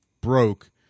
broke